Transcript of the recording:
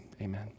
Amen